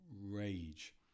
rage